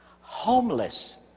Homeless